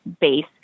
base